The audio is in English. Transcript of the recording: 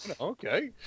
okay